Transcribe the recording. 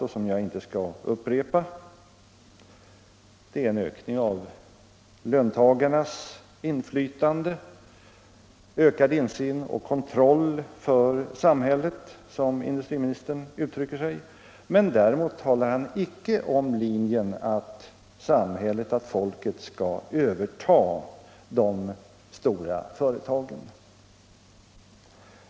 Det är, som industriministern uttrycker sig, en ökning av löntagarnas inflytande och ökad insyn och kontroll för samhället. Men däremot talar han icke om linjen att samhället, folket, skall överta de stora företagen.